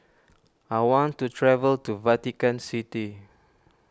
I want to travel to Vatican City